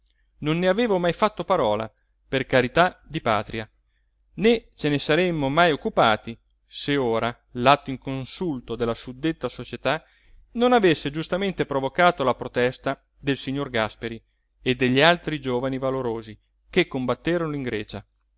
non ne avevamo mai fatto parola per carità di patria né ce ne saremmo mai occupati se ora l'atto inconsulto della suddetta società non avesse giustamente provocato la protesta del signor gàsperi e degli altri giovani valorosi che combatterono in grecia